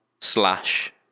slash